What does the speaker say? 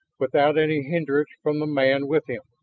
without any hindrance from the man with him.